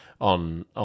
on